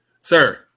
Sir